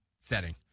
setting